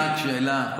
בבקשה, אדוני.